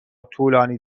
طولانی